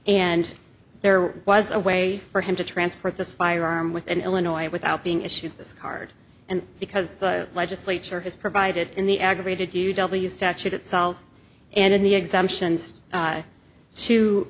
and there was a way for him to transfer this firearm within illinois without being issued this card and because the legislature has provided in the aggravated u w statute itself and in the exemptions